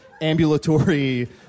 ambulatory